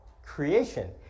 creation